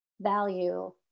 value